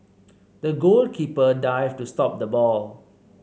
the goalkeeper dived to stop the ball